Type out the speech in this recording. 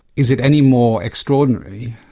is it any more extraordinary.